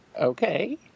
okay